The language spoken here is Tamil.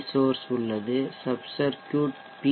சோர்ஷ் உள்ளது சப் சர்க்யூட் பி